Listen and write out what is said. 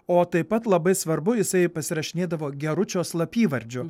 o taip pat labai svarbu jisai pasirašinėdavo geručio slapyvardžiu